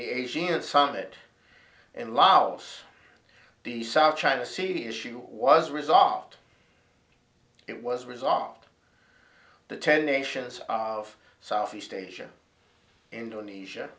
the asian summit in laos the south china sea the issue was resolved it was resolved the tell nations of southeast asia indonesia